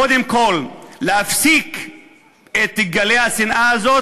קודם כול להפסיק את גלי השנאה הזאת,